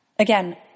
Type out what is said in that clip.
again